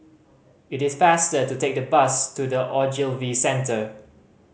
it is faster to take the bus to The Ogilvy Centre